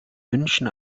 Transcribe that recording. wünschen